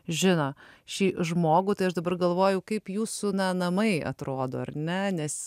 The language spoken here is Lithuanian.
žino šį žmogų tai aš dabar galvoju kaip jūsų na namai atrodo ar ne nes